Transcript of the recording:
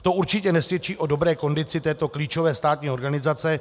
To určitě nesvědčí o dobré kondici této klíčové státní organizace.